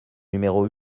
numéro